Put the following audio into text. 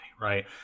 Right